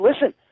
listen